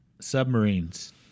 Submarines